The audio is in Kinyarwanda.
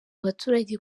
abaturage